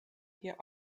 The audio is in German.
hier